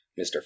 Mr